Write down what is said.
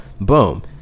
boom